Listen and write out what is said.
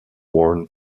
worn